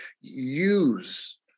use